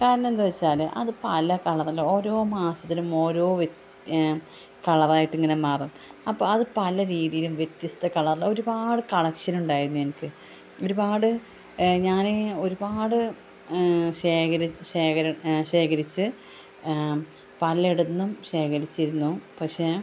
കാരണമെന്താന്നു വെച്ചാല് അത് പല കളറില് ഓരോ മാസത്തിലും ഓരോ വ്യ കളറായിട്ട് ഇങ്ങനെ മാറും അപ്പോള് അത് പല രീതിയിലും വ്യത്യസ്ത കളറില് ഒരുപാട് കളക്ഷനുണ്ടായിരുന്നു എനിക്ക് ഒരുപാട് ഞാനിങ്ങനെ ഒരുപാട് ശേഖരിച്ച് പലയിടത്തുനിന്നും ശേഖരിച്ചിരുന്നു പക്ഷെ